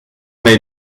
may